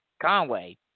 Conway